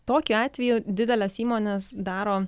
tokiu atveju dideles įmones daro